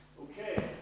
Okay